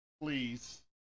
Please